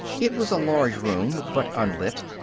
it was a large room, but unlit.